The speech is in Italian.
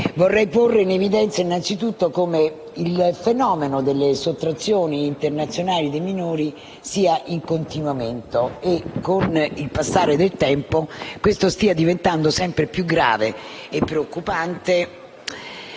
vorrei porre in evidenza anzitutto come il fenomeno delle sottrazioni internazionali di minori sia in continuo aumento e, con il passare del tempo, stia diventando sempre più grave e preoccupante.